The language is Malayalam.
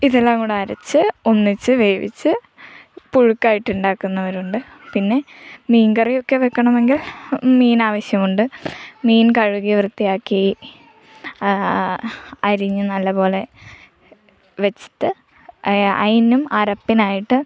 ഇതെല്ലാം കൂടെ അരച്ച് ഒന്നിച്ച് വേവിച്ച് പുഴുക്കായിട്ട് ഉണ്ടാക്കുന്നവരുണ്ട് പിന്നെ മീൻകറിയൊക്കെ വെയ്ക്കണമെങ്കിൽ മീൻ ആവശ്യമുണ്ട് മീൻ കഴുകി വൃത്തിയാക്കി ആ അരിഞ്ഞ് നല്ല പോലെ വെച്ചിട്ട് അതിനും അരപ്പിനായിട്ട്